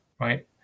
right